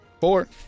Four